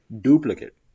Duplicate